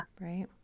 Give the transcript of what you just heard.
Right